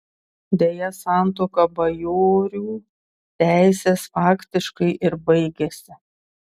deja santuoka bajorių teisės faktiškai ir baigėsi